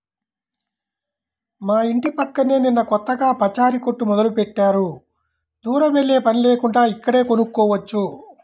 మా యింటి పక్కనే నిన్న కొత్తగా పచారీ కొట్టు మొదలుబెట్టారు, దూరం వెల్లేపని లేకుండా ఇక్కడే కొనుక్కోవచ్చు